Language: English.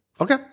Okay